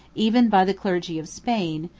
even by the clergy of spain,